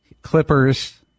Clippers